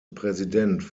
präsident